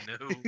No